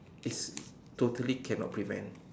it's totally cannot prevent